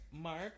Mark